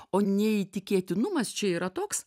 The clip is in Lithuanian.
o neįtikėtinumas čia yra toks